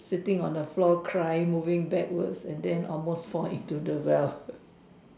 sitting on the floor crying moving backwards and then almost fall into the well